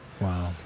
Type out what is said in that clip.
Wow